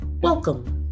Welcome